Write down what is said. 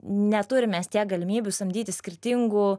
neturim mes tiek galimybių samdyti skirtingų